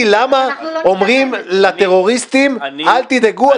למה אומרים לטרוריסטים: אל תדאגו,